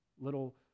little